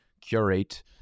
curate